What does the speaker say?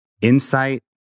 Insight